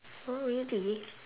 oh really